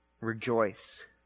rejoice